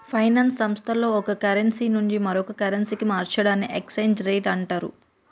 finance సంస్థల్లో ఒక currency నుండి మరో కరెన్సీకి మార్చడాన్ని ఎక్స్చేంజ్ రేట్ అంటరు